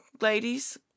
ladies